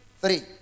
Three